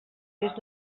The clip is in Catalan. des